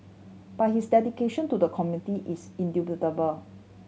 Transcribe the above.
but his dedication to the community is indubitable